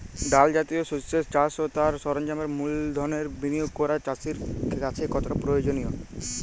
ডাল জাতীয় শস্যের চাষ ও তার সরঞ্জামের মূলধনের বিনিয়োগ করা চাষীর কাছে কতটা প্রয়োজনীয়?